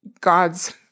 God's